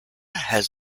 has